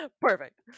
Perfect